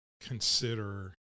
consider